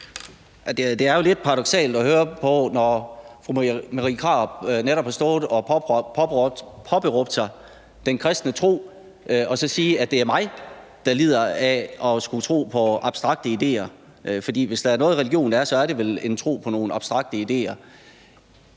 Det er jo lidt paradoksalt at høre på, når fru Marie Krarup netop har stået og påberåbt sig den kristne tro, at det er mig, der lider af at tro på abstrakte ideer, fordi hvis der er noget religion er, er det vel en tro på nogle abstrakte ideer.